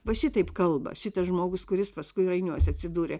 va šitaip kalba šitas žmogus kuris paskui rainiuose atsidūrė